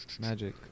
Magic